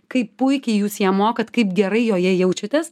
kaip puikiai jūs ją mokat kaip gerai joje jaučiatės